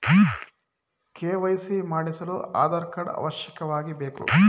KYC ಮಾಡಿಸಲು Aadhaar card ಅವಶ್ಯವಾಗಿ ಬೇಕು